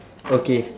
okay